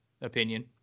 opinion